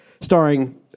starring